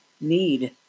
need